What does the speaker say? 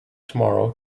tomorrow